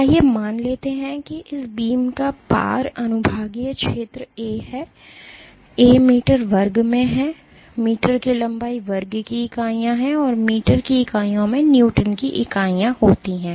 आइए मान लेते हैं कि इस बीम का पार अनुभागीय क्षेत्र A है ए मीटर वर्ग में है मीटर की लंबाई वर्ग की इकाइयाँ हैं मीटर की इकाइयों में न्यूटन की इकाइयाँ होती हैं